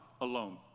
alone